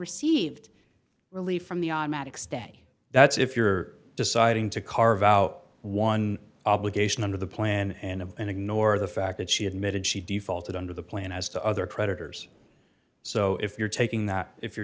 received relief from the automatic stay that's if you're deciding to carve out one obligation under the plan and and ignore the fact that she admitted she defaulted under the plan as to other creditors so if you're taking that if you're